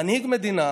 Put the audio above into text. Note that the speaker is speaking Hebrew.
מנהיג מדינה